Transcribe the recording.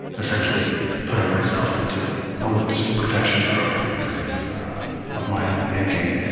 essentially putting myself into a witness protection program kind of of my own making